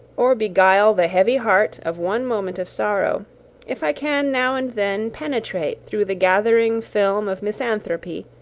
or beguile the heavy heart of one moment of sorrow if i can now and then penetrate through the gathering film of misanthropy,